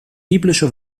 biblische